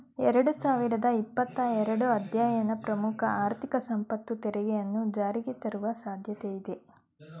ಎರಡು ಸಾವಿರದ ಇಪ್ಪತ್ತ ಎರಡು ಅಧ್ಯಯನ ಪ್ರಮುಖ ಆರ್ಥಿಕ ಸಂಪತ್ತು ತೆರಿಗೆಯನ್ನ ಜಾರಿಗೆತರುವ ಸಾಧ್ಯತೆ ಇದೆ